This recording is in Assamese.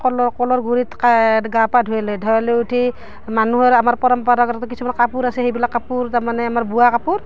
কলৰ কলৰ গুৰিত গা পা ধুৱে লয় ধুৱাই লৈ উঠি মানুহৰ আমাৰ পৰম্পৰাগত কিছুমান কাপোৰ আছে সেইবিলাক কাপোৰ তাৰমানে আমাৰ বোৱা কাপোৰ